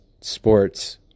Sports